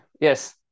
Yes